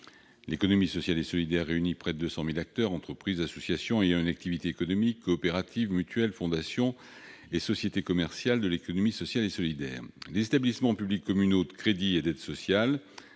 L'économie sociale et solidaire réunit près de 200 000 acteurs : entreprises, associations ayant une activité économique, coopératives, mutuelles, fondations et sociétés commerciales de l'économie sociale et solidaire. Les établissements publics communaux de crédit et d'aide sociale